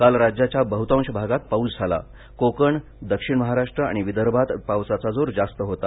काल राज्याच्या बहतांश भागात पाऊस झाला कोकणदक्षिण महाराष्ट्र आणि विदर्भात पावसाचा जोर जास्त होता